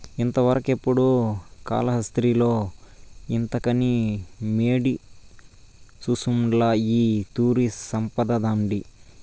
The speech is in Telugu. ఇంతవరకెపుడూ కాలాస్త్రిలో ఇంతకని యేడి సూసుండ్ల ఈ తూరి సంపతండాది